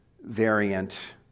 variant